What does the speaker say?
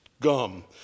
gum